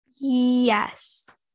Yes